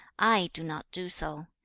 i do not do so.